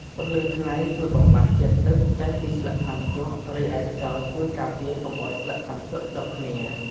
ពន្លឺថ្ងៃជួយបំបាត់ជាតិទឹកចេញពីស្លឹកថ្នាំជក់ រីឯខ្យល់ជួយការពារកុំអោយស្លឹកថ្នាំជក់ជាប់គ្នា។